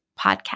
podcast